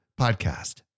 podcast